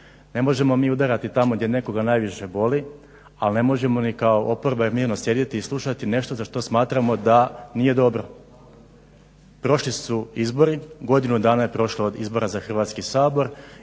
Ne možemo mi udarati tamo gdje nekoga najviše boli, ali ne možemo ni kao oporba mirno sjediti i slušati nešto za što smatramo da nije dobro. Prošli su izbori, godinu dana je prošlo od izbora za Hrvatski sabor